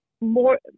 more